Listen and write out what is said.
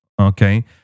Okay